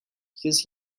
because